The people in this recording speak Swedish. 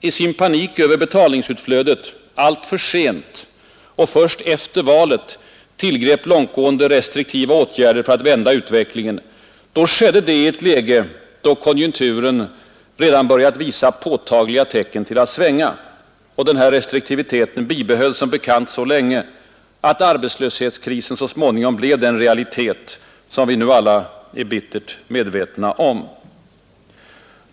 i sin panik över betalningsutflödet alltför sent och först efter valet tillgrep långtgående restriktiva åtgärder för att vända utvecklingen, skedde detta i ett läge, då konjunkturen redan börjat visa påtagliga tecken till att svänga. Och denna restriktivitet bibehölls som bekant så länge, att arbetslöshetskrisen så småningom blev den realitet som vi nu alla är bittert medvetna om.